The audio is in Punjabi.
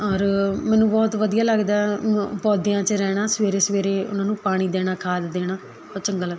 ਔਰ ਮੈਨੂੰ ਬਹੁਤ ਵਧੀਆ ਲੱਗਦਾ ਮ ਪੌਦਿਆਂ 'ਚ ਰਹਿਣਾ ਸਵੇਰੇ ਸਵੇਰੇ ਉਹਨਾਂ ਨੂੰ ਪਾਣੀ ਦੇਣਾ ਖਾਦ ਦੇਣਾ ਚੰਗਾ ਲੱਗ